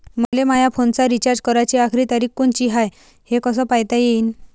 मले माया फोनचा रिचार्ज कराची आखरी तारीख कोनची हाय, हे कस पायता येईन?